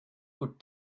could